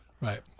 Right